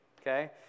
okay